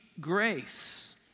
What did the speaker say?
grace